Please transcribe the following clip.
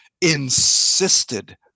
insisted